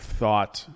thought